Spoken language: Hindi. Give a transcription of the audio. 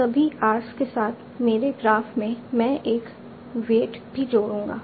सभी आर्क्स के साथ मेरे ग्राफ में मैं एक वेट भी जोड़ूंगा